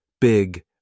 big